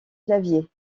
clavier